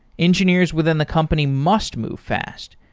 engineers within the company must move fast,